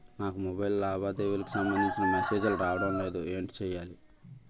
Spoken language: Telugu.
నాకు మొబైల్ కు లావాదేవీలకు సంబందించిన మేసేజిలు రావడం లేదు ఏంటి చేయాలి?